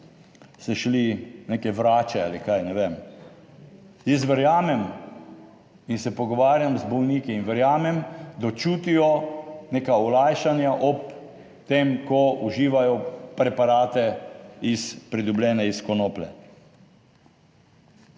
se šli neke vrače ali kaj? Ne vem. Jaz verjamem in se pogovarjam z bolniki in verjamem, da čutijo neka olajšanja ob tem, ko uživajo preparate iz, pridobljene iz konoplje.